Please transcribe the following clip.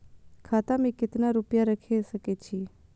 खाता में केतना रूपया रैख सके छी?